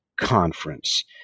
Conference